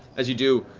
as you do,